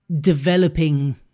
developing